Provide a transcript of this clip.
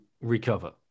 recover